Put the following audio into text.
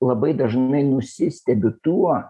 labai dažnai nusistebiu tuo